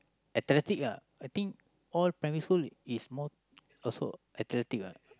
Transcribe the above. athletic lah I think all primary school is more athletic lah